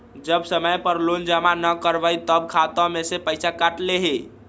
जब समय पर लोन जमा न करवई तब खाता में से पईसा काट लेहई?